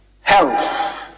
Health